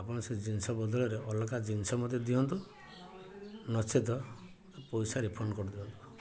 ଆପଣ ସେ ଜିନିଷ ବଦଳରେ ଅଲଗା ଜିନିଷ ମୋତେ ଦିଅନ୍ତୁ ନଚେତ୍ ପଇସା ରିଫଣ୍ଡ କରିଦିଅନ୍ତୁ